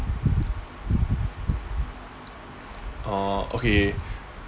orh okay